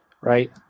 right